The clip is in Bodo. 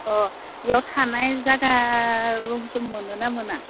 अ इयाव थानाय जागा रुम सुम मोनो ना मोना